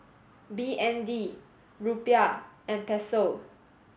B N D Rupiah and Peso